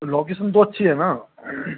location तो अच्छी है ना